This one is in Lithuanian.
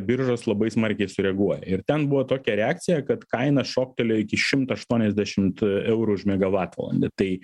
biržos labai smarkiai sureaguoja ir ten buvo tokia reakcija kad kaina šoktelėjo iki šimto aštuoniasdešimt eurų už megavatvalandę tai